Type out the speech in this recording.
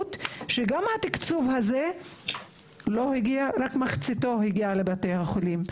בוודאות שגם התקצוב הזה לא הגיע רק מחציתו הגיעה לבתי החולים.